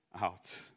out